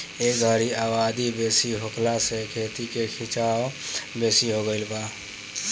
ए घरी आबादी बेसी होखला से खेती के खीचाव बेसी हो गई बा